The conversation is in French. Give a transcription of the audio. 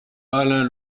alain